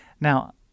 Now